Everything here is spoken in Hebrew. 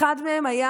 האחד מהם היה